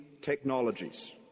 technologies